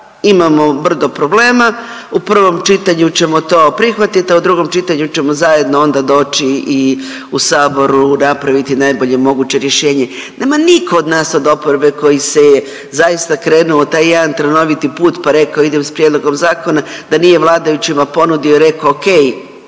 imamo brdo problema, u prvom čitanju ćemo to prihvatit, a u drugom čitanju ćemo zajedno onda doći i u saboru napraviti najbolje moguće rješenje. Nema niko od nas od oporbe koji se je zaista krenuo u taj jedan trnoviti put pa rekao idem s prijedlogom zakona da nije vladajućima ponudio i rekao okej,